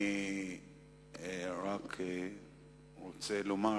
אני רק רוצה לומר